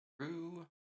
True